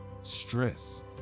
stress